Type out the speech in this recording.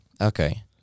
Okay